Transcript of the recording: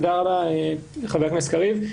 תודה רבה, חבר הכנסת קריב.